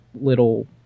little